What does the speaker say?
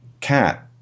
cat